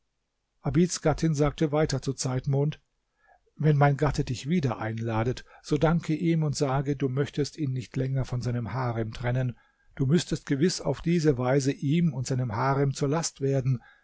gattin sagte weiter zu zeitmond wenn mein gatte dich wieder einladet so danke ihm und sage du möchtest ihn nicht länger von seinem harem trennen du müßtest gewiß auf diese weise ihm und seinem harem zur last werden